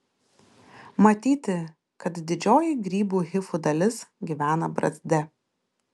matyti kad didžioji grybų hifų dalis gyvena brazde